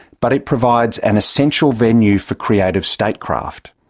but it provides an essential venue for creative statecraft.